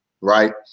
right